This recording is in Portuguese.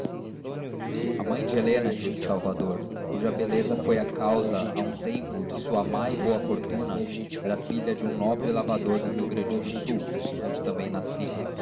mãe de helena disse salvador cuja beleza foi a causa a um tempo da sua má e boa fortuna era filha de um nobre lavrador do rio grande do sul onde também nasci